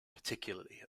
particularly